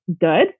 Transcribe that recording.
good